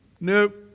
Nope